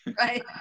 Right